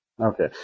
Okay